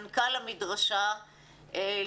מנכ"ל המדרשה,